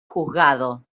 juzgado